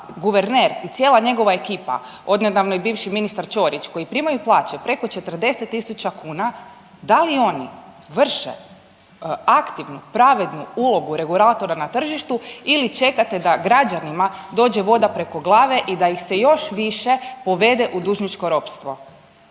guverner i cijela njegova ekipa, odnedavno i bivši ministar Ćorić koji primaju plaće preko 40 tisuća kuna da li oni vrše aktivnu i pravednu ulogu regulatora na tržištu ili čekate da građanima dođe voda preko glave i da ih se još više povede u dužničko ropstvo.